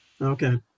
Okay